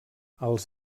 als